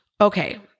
okay